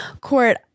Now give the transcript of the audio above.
Court